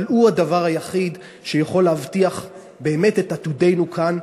אבל הוא הדבר היחיד שיכול להבטיח באמת את עתידנו כאן.